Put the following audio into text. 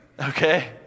okay